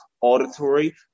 auditory